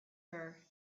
her